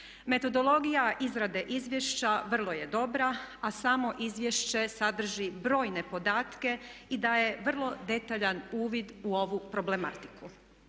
Metodologija izrade izvješća vrlo je dobra, a samo izvješće sadrži brojne podatke i daje vrlo detaljan uvid u ovu problematiku.